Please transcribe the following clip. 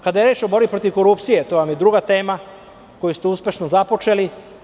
Kada je reč o borbi protiv korupcije, to je druga tema koju ste uspešno započeli.